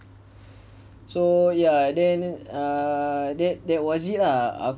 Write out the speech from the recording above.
so ya then err that that was it lah